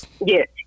yes